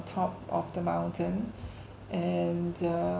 top of the mountain and uh